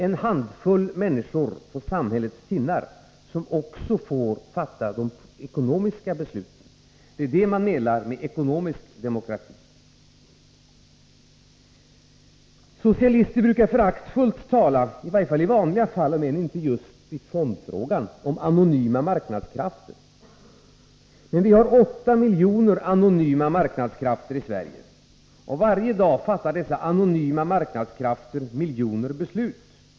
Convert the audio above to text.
En handfull människor på samhällets tinnar som också får fatta de ekonomiska besluten — det är vad socialdemokraterna menar med ekonomisk demokrati. Socialister brukar i vanliga fall, om än inte i fondfrågan, föraktfullt tala om anonyma marknadskrafter. Men vi har 8 miljoner anonyma marknadskrafter i Sverige. Varje dag fattar dessa anonyma marknadskrafter miljoner beslut.